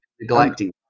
neglecting